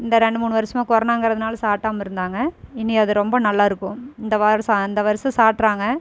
இந்த ரெண்டு மூணு வருஷமாக கொரோனாங்கிறதனால சாட்டாமல் இருந்தாங்கள் இனி அது ரொம்ப நல்லா இருக்கும் இந்த வருஷம் இந்த வருஷம் சாட்றாங்கள்